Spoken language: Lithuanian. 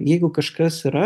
jeigu kažkas yra